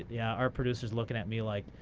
yeah, our producer's looking at me like,